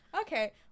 okay